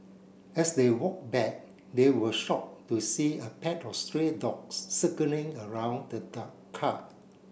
as they walked back they were shocked to see a pack of stray dogs circling around the the car